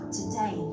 today